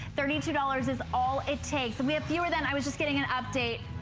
thirty two dollars is all it takes and we have fewer then, i was just getting an update,